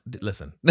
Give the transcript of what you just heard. Listen